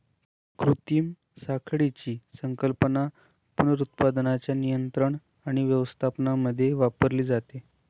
कृत्रिम साखळीची संकल्पना पुनरुत्पादनाच्या नियंत्रण आणि व्यवस्थापनामध्ये वापरली जाते